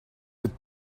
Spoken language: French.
êtes